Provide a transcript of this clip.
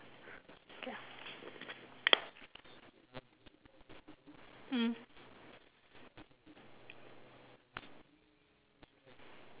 mm